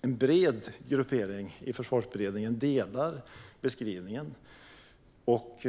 en bred gruppering i Försvarsberedningen delar beskrivningen.